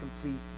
complete